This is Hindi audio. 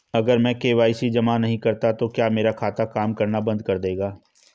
अगर मैं के.वाई.सी जमा नहीं करता तो क्या मेरा खाता काम करना बंद कर देगा?